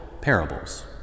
parables